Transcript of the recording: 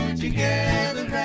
together